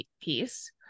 piece